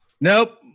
Nope